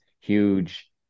huge